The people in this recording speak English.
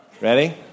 Ready